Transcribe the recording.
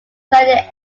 thirty